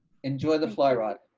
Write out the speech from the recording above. enjoy the fly rod.